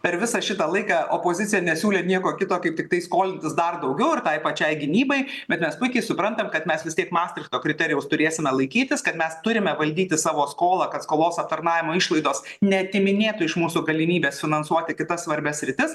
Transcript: per visą šitą laiką opozicija nesiūlė nieko kito kaip tiktai skolintis dar daugiau ir tai pačiai gynybai bet mes puikiai suprantam kad mes vis tiek mastrichto kriterijaus turėsime laikytis kad mes turime valdyti savo skolą kad skolos aptarnavimo išlaidos neatiminėtų iš mūsų galimybės finansuoti kitas svarbias sritis